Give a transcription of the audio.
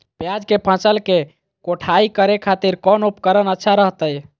प्याज के फसल के कोढ़ाई करे खातिर कौन उपकरण अच्छा रहतय?